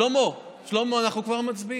שלמה, שלמה, אנחנו כבר מצביעים.